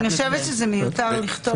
ולמעט בתי תפילה.